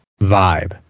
vibe